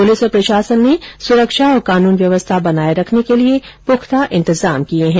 police और प्रशासन ने सुरक्षा और कानून व्यवस्था बनाये रखने के लिए पुख्ता इंतजाम किये है